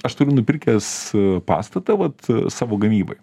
aš turiu nupirkęs pastatą vat savo gamybai